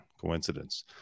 Coincidence